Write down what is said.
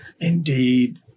Indeed